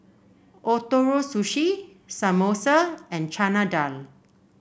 Ootoro Sushi Samosa and Chana Dal